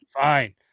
Fine